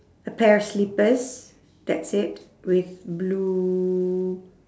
a pair of slippers that's it with blue